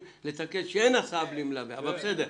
לתקן כך שאין הסעה ללא מלווה אבל בסדר,